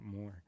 more